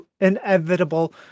inevitable